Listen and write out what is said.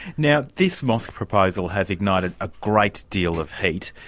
now this mosque proposal has ignited a great deal of heat.